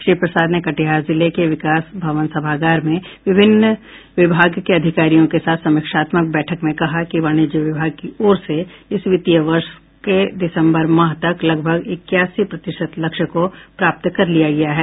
श्री प्रसाद ने कटिहार जिले के विकास भवन सभागार में विभिन्न विभाग के अधिकारियों के साथ समीक्षात्मक बैठक में कहा कि वाणिज्य विभाग की ओर से इस वित्तीय वर्ष के दिसंबर माह तक लगभग इक्यासी प्रतिशत लक्ष्य को प्राप्त कर लिया गया है